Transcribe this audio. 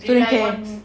rely on